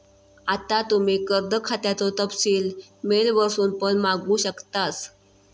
आता तुम्ही कर्ज खात्याचो तपशील मेल वरसून पण मागवू शकतास